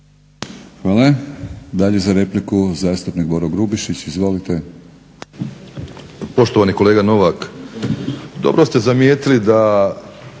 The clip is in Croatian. Hvala i vama. Imamo repliku, zastupnik Boro Grubišić, izvolite.